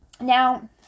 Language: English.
Now